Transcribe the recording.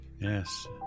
yes